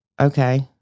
Okay